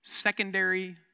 secondary